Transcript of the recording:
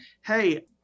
hey